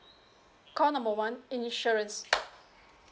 call number one insurance